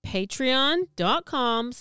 patreon.com